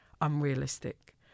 unrealistic